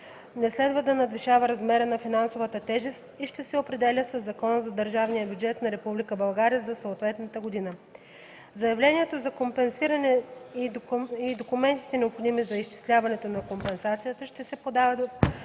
не следва да надвишава размера на финансовата тежест и ще се определя със Закона за държавния бюджет на Република България за съответната година. Заявлението за компенсиране и документите, необходими за изчисляването на компенсацията ще се подават